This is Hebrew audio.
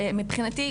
מבחינתי,